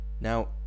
Now